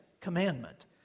commandment